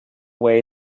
way